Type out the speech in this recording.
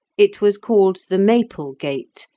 it was called the maple gate,